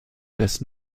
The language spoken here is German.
des